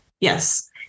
Yes